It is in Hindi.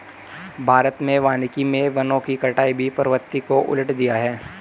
भारत में वानिकी मे वनों की कटाई की प्रवृत्ति को उलट दिया है